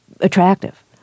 attractive